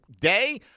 day